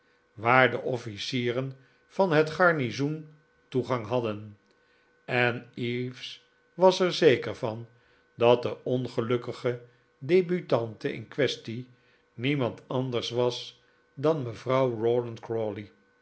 de offlcieren van het garnizoen toegang hadden en eaves was er zeker van dat de ongelukkige debutante in quaestie niemand anders was dan mevrouw